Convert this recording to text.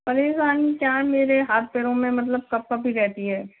परेशानी क्या है मेरे हाथ पैरों में मतलब कपकपी रहती है